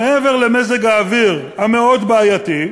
מעבר למזג האוויר המאוד-בעייתי,